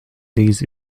these